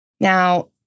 Now